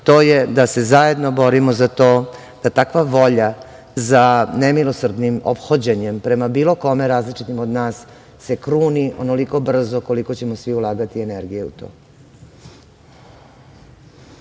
to je da se zajedno borimo za to da takva volja za nemilosrdnim ophođenjem prema bilo kome različitim od nas se kruni onoliko brzo koliko ćemo svi ulagati energije u to.